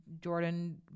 jordan